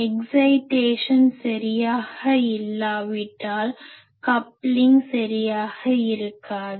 excitation சரியாக இல்லாவிட்டால் coupling சரியாக இருக்காது